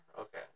Okay